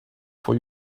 for